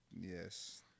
yes